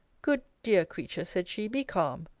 good, dear creature, said she, be calm.